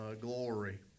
glory